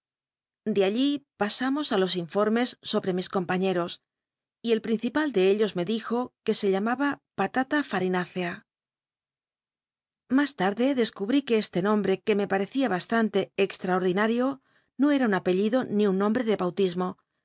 de allí pasamos á los informes sobre mis compaiíero incipal de elitis me dijo que se llamaba patata face mas larde dcscubl'i que este nombte que me parrcia ha tante extraotlinal'io no era un npcllidn ni un nombre de hanlismo